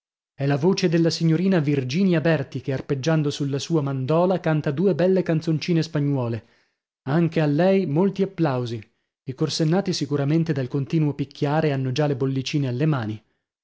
è la voce della signorina virginia berti che arpeggiando sulla sua mandòla canta due belle canzoncine spagnuole anche a lei molti applausi i corsennati sicuramente dal continuo picchiare hanno già le bollicine alle mani